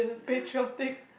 patriotic